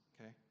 okay